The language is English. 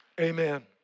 Amen